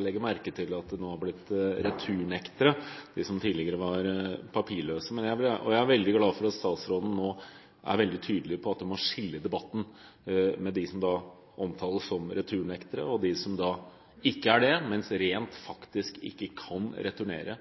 legger merke til at de nå har blitt returnektere, de som tidligere var papirløse. Jeg er veldig glad for at statsråden nå er veldig tydelig på at det i debatten må skilles mellom dem som omtales som returnektere, og dem som ikke er det, og som rent faktisk ikke kan returnere.